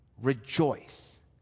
rejoice